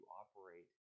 operate